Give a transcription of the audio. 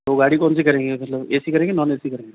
तो गाड़ी कौन सी करेंगे मतलब ए सी करेंगे नॉन ए सी करेंगे